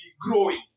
growing